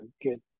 good